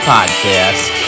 Podcast